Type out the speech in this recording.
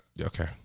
okay